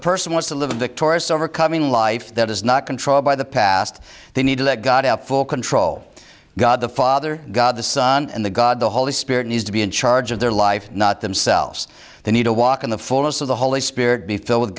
person wants to live a victorious overcoming life that is not controlled by the past they need to let god have full control god the father god the son and the god the holy spirit needs to be in charge of their life not themselves they need to walk in the fullness of the holy spirit be filled